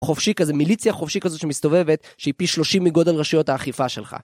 חופשי כזה, מיליציה חופשית כזאת שמסתובבת, שהיא פי 30 מגודל רשויות האכיפה שלך.